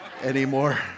Anymore